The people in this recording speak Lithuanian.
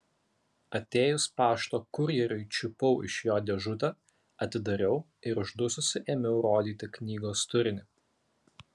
atėjus pašto kurjeriui čiupau iš jo dėžutę atidariau ir uždususi ėmiau rodyti knygos turinį